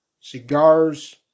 Cigars